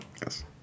Yes